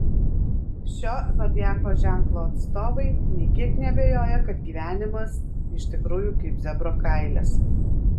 šio zodiako ženklo atstovai nė kiek neabejoja kad gyvenimas iš tikrųjų kaip zebro kailis